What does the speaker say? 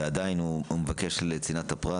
ועדיין הוא מבקש לצנעת הפרט,